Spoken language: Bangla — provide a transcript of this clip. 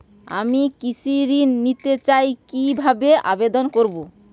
আমি কৃষি ঋণ নিতে চাই কি ভাবে আবেদন করব?